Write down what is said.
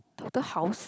doctor house